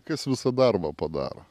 kas visą darbą padaro